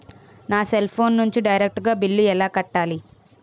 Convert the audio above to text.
నా cell phone నుంచి direct గా బిల్లు ఎలా కట్టాలి?